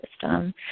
system